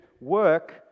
work